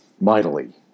mightily